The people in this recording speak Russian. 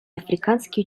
африканские